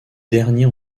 derniers